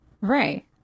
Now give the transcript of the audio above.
Right